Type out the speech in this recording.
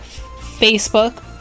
Facebook